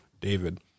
David